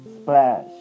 Splash